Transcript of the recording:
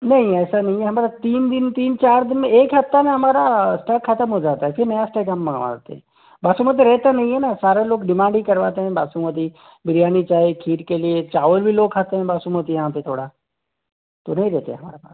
नहीं ऐसा नहीं है हमारा तीन दिन तीन चार दिन में एक हफ़्ता में हमारा स्टॉक ख़त्म हो जाता है फिर हम नया स्टॉक मंगवाते बासमती रहता नहीं है ना सारे लोग डिमांड ही करवाते हैं बासमती बिरयानी चाहे खीर के लिए चावल भी लोग खाते हैं बासमती यहाँ पर थोड़ा तो नहीं रहते हमारे पास